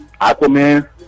Aquaman